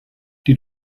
die